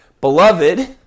Beloved